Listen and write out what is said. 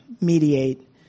mediate